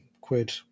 quid